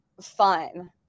fun